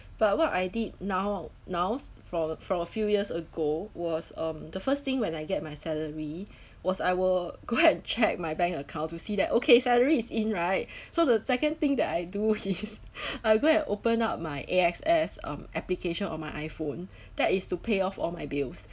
but what I did now now for for a few years ago was um the first thing when I get my salary was I will go and check my bank account to see that okay salary is in right so the second thing that I do is I go and open up my A_X_S um application on my iPhone that is to pay off all my bills